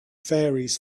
faeries